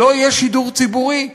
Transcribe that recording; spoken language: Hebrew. לא יהיה שידור ציבורי,